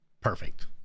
perfect